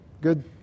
good